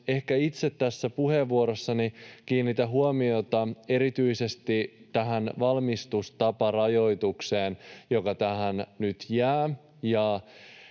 Itse tässä puheenvuorossani kiinnitän huomiota erityisesti tähän valmistustaparajoitukseen, joka tähän nyt jää,